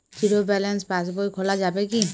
Zero balance passbook খোলা যাবে কি?